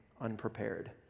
unprepared